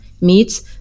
meats